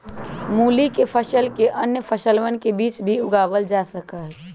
मूली के फसल के अन्य फसलवन के बीच भी उगावल जा सका हई